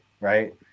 right